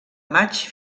maig